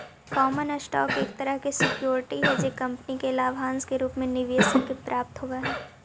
common stock एक तरह के सिक्योरिटी हई जे कंपनी के लाभांश के रूप में निवेशक के प्राप्त होवऽ हइ